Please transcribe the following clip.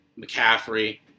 McCaffrey